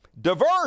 diverse